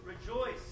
rejoice